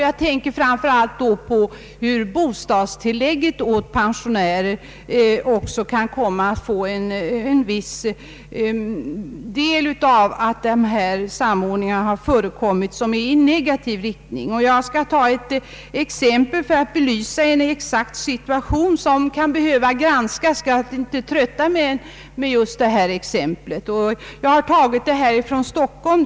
Jag tänker bland annat på att bostadstillägget åt pensionärer kan komma att påverkas i negativ riktning av att samordning har förekommit. Jag skall ta ett exempel för att belysa en situation som kan behöva granskas. Jag tar exemplet från Stockholm.